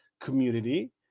community